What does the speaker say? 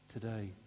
today